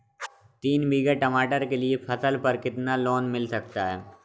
तीन बीघा मटर के लिए फसल पर कितना लोन मिल सकता है?